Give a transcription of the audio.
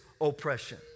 oppression